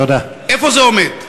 איפה זה עומד?